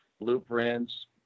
blueprints